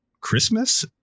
Christmas